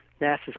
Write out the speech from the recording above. NASA's